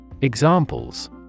Examples